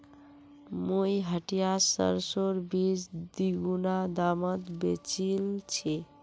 मुई हटियात सरसोर बीज दीगुना दामत बेचील छि